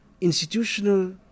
institutional